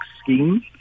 scheme